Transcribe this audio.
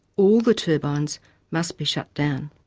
all the turbines must be shut down.